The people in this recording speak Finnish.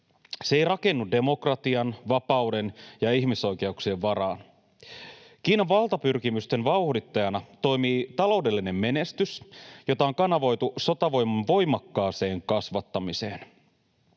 Se ei rakennu demokratian, vapauden ja ihmisoikeuksien varaan. Kiinan valtapyrkimysten vauhdittajana toimii taloudellinen menestys, joka on kanavoitu sotavoiman voimakkaaseen kasvattamiseen.